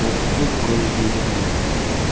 ஒப்புக்கொள்கிறேன்